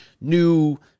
new